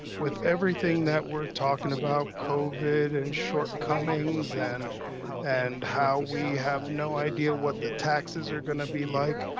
with everything that we're talking about covid and shortcomings and and how we have no idea what the taxes are gonna be like,